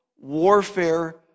warfare